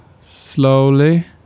slowly